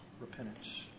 repentance